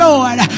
Lord